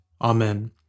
Amen